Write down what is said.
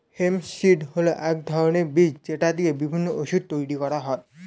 hemp seed হল এক ধরনের বীজ যেটা দিয়ে বিভিন্ন ওষুধ তৈরি করা হয়